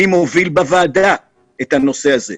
להחליט מי מוביל בוועדה את הנושא הזה,